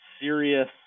serious